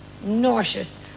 Nauseous